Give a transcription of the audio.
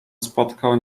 spotkał